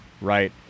right